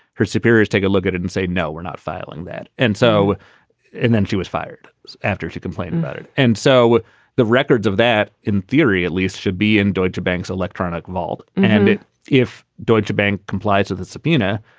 her superiors take a look at it and say, no, we're not filing that. and so and then she was fired after to complain about it. and so the records of that, in theory, at least, should be in deutsche bank's electronic vault. and if deutsche bank complies with the subpoena,